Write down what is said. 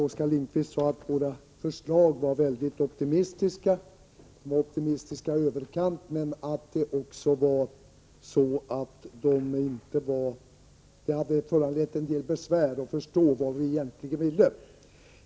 Oskar Lindkvist sade att våra förslag var optimistiska i överkant och att det hade varit en del besvär med att förstå vad vi egentligen ville.